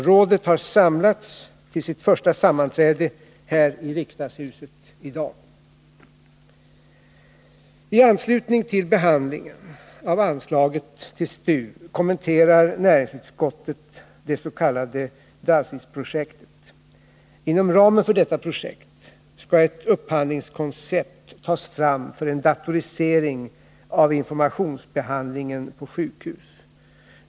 Rådet har samlats till sitt första sammanträde här i riksdagshuset i dag. I anslutning till behandlingen av anslaget till STU kommenterar näringsutskottet det s.k. DASIS-projektet. Inom ramen för detta projekt skall ett upphandlingskoncept tas fram för en datorisering av informationsbehandlingen på sjukhus.